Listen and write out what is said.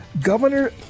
Governor